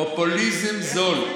פופוליזם זול.